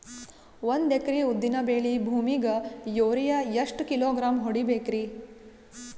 ಒಂದ್ ಎಕರಿ ಉದ್ದಿನ ಬೇಳಿ ಭೂಮಿಗ ಯೋರಿಯ ಎಷ್ಟ ಕಿಲೋಗ್ರಾಂ ಹೊಡೀಬೇಕ್ರಿ?